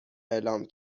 اعلام